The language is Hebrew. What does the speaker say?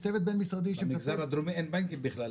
יש צוות בין משרדי שמתעסק --- במגזר הדרומי אין בנקים בכלל.